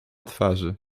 twarzy